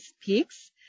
peaks